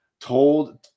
told